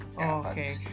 Okay